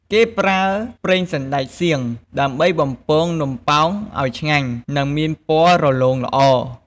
គេប្រើ ប្រេងសណ្ដែកសៀង ដើម្បីបំពងនំប៉ោងឱ្យឆ្ងាញ់ និងមានពណ៌រលោងល្អ។